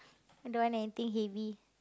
I don't want anything heavy